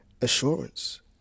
assurance